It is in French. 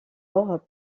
europe